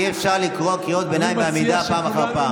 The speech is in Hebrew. אי-אפשר לקרוא קריאות ביניים בעמידה פעם אחר פעם.